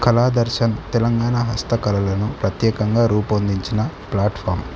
కళాదర్శన్ తెలంగాణ హస్తకళలను ప్రత్యేకంగా రూపొందించిన ప్లాట్ఫామ్